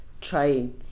trying